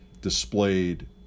displayed